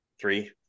three